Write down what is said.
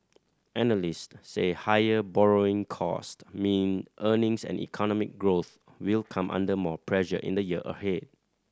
analyst say higher borrowing cost mean earnings and economic growth will come under more pressure in the year ahead